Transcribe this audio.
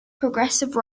progressive